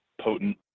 potent